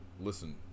listen